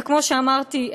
וכמו שאמרתי,